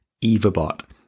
Evabot